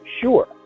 Sure